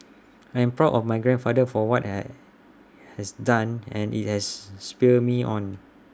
I'm proud of my grandfather for what he has done and IT has spurred me on